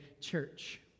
Church